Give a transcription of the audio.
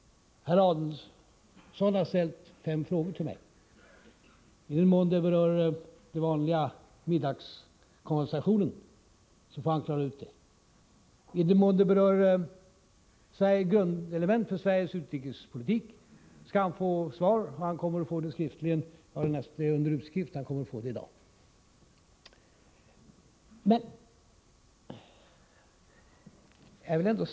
Herr Adelsohn har ställt fem frågor till mig. I den mån de berör den här middagskonversationen får han klara ut dem själv. I den mån de berör grundläggande element i Sveriges utrikespolitik skall han få svar. Han kommer att få det skriftligen. Det är under utskrift, och han kommer att få det i dag.